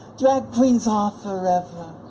drag queens are forever.